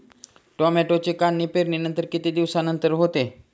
टोमॅटोची काढणी पेरणीनंतर किती दिवसांनंतर होते?